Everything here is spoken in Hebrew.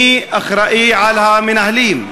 מי אחראי למנהלים?